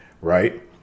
right